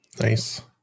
Nice